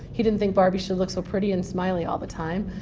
he didn't think barbie should look so pretty and smiley all the time.